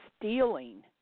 stealing